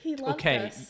Okay